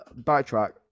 backtrack